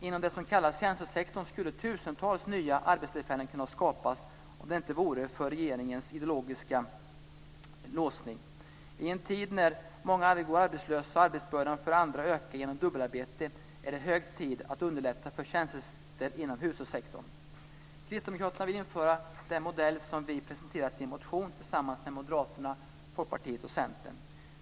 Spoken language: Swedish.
Inom det som kallas tjänstesektorn skulle tusentals nya arbetstillfällen kunna skapas om det inte vore för regeringens ideologiska låsning. I en tid när många går arbetslösa och arbetsbördan för andra ökar genom dubbelarbete är det hög tid att underlätta för tjänster inom hushållssektorn. Kristdemokraterna vill införa den modell som vi presenterat i en motion tillsammans med Moderaterna, Folkpartiet och Centern.